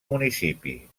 municipi